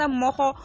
moho